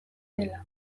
dela